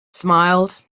smiled